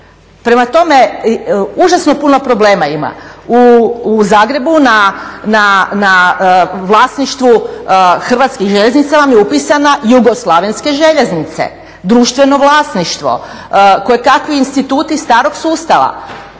Prema tome, užasno puno problema ima. U Zagrebu na vlasništvu Hrvatskih željeznica vam je upisana Jugoslavenske željeznice, društveno vlasništvo, koje kakvi instituti starog sustava.